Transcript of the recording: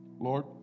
Lord